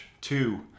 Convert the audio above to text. two